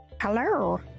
Hello